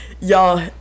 y'all